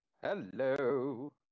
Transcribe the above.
hello